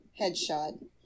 Headshot